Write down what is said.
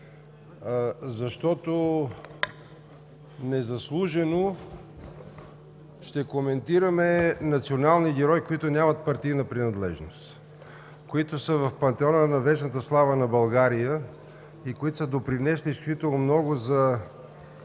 защото незаслужено ще коментираме национални герои, които нямат партийна принадлежност, които са в пантеона на вечната слава на България и които са допринесли изключително много за